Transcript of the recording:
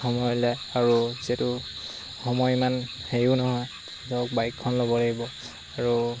সময় উলিয়াই আৰু যিহেতু সময় ইমান হেৰিও নহয় ধৰক বাইকখন ল'ব লাগিব আৰু